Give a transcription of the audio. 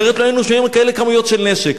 אחרת, לא היינו שומעים על כמויות כאלה של נשק.